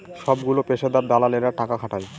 সবগুলো পেশাদার দালালেরা টাকা খাটায়